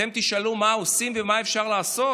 אתם תשאלו: מה עושים ומה אפשר לעשות?